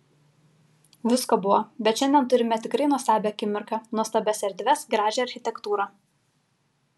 visko buvo bet šiandien turime tikrai nuostabią akimirką nuostabias erdves gražią architektūrą